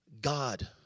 God